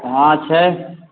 हॅं छै